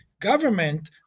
government